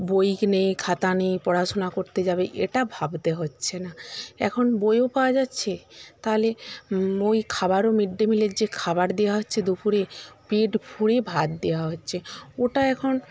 বই নেই খাতা নেই পড়াশোনা করতে যাবে এটা ভাবতে হচ্ছে না এখন বইও পাওয়া যাচ্ছে তাহলে ওই খাবারও মিড ডে মিলের যে খাবার দেওয়া হচ্ছে দুপুরে পেট ভরে ভাত দেওয়া হচ্ছে ওটা এখন